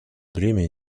бремя